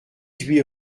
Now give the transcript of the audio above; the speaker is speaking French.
huit